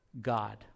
God